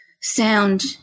sound